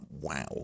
wow